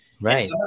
Right